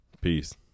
Peace